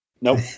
Nope